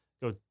go